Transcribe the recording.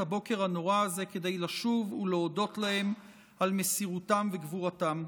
הבוקר הנורא הזה כדי לשוב ולהודות להם על מסירותם וגבורתם.